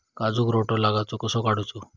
काजूक रोटो लागलेलो कसो काडूचो?